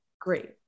Great